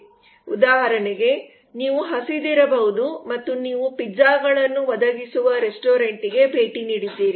ಉದಾಹರಣೆಗೆ ನೀವು ಹಸಿದಿರಬಹುದು ಮತ್ತು ನೀವು ಪಿಜ್ಜಾಗಳನ್ನು ಒದಗಿಸುವ ರೆಸ್ಟೋರೆಂಟ್ಗೆ ಭೇಟಿ ನೀಡಿದ್ದೀರಿ